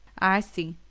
i see.